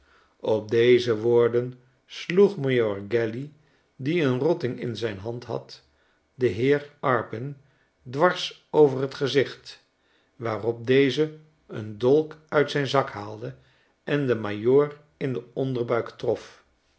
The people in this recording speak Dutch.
op deze woorden sloeg majoor gaily die een rotting in zijn hand had den heer arpin dwars over t gezicht waarop deze een dolk uit zijn zak haalde en den majoor in den onderbuik trof